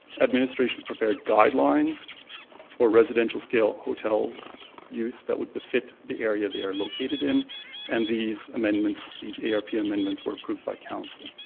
administration prepared guidelines for residential scale hotel use that would befit the area they are located in and these amendments these arp amendments were approved by council.